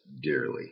dearly